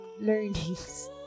learnings